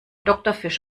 doktorfisch